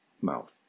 mouth